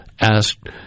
asked